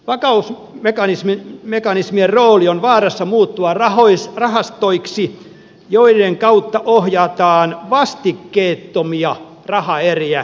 aitaus mekanismit mekanismien rooli on vaarassa muuttua rahoitusrahastoiksi joiden kautta ohjataan vastikkeettomia rahaeriä